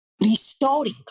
restoring